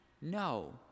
no